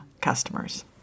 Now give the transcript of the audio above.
customers